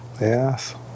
Yes